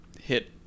hit